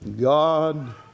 God